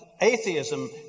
Atheism